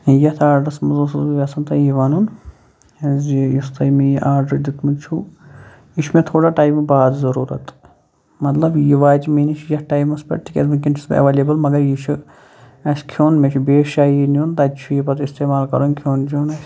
یَتھ آرڈٕرَس منٛز اوسُس بہٕ یژھان تۄہہِ یہِ وَنُن زِ یُس تۄہہِ مےٚ یہِ آرڈَر دیُتمُت چھُو یہِ چھِ مےٚتھوڑا ٹایمہٕ بعد ضُروٗرَت مطلب یہِ واتہِ مےٚ نِش یَتھ ٹایمَس پٮ۪ٹھ تِکیٛازِ ؤنکیٚن چھُس بہٕ اٮ۪وَلیبُل مگر یہِ چھِ اَسہِ کھیٚوُن مےٚ چھِ بیٚیِس جایہِ یہِ نیُن تَتہِ چھِ یہِ پتہٕ استعمال کَرُن کھیٚن چھیٚن اَسہِ